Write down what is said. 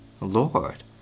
Lord